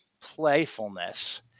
playfulness